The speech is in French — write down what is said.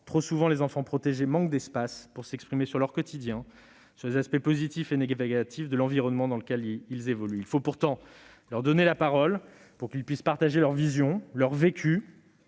Trop souvent, les enfants protégés manquent d'espaces pour s'exprimer sur leur quotidien, sur les aspects positifs et négatifs de l'environnement dans lequel ils évoluent. Il faut pourtant leur donner la parole pour qu'ils puissent partager leur vision, leur vécu,